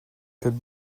could